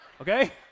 Okay